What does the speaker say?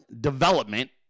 development